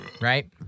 Right